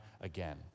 again